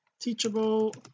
teachable